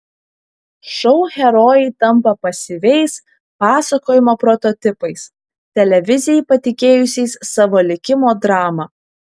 šou herojai tampa pasyviais pasakojimo prototipais televizijai patikėjusiais savo likimo dramą